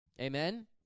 Amen